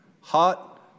Hot